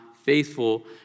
faithful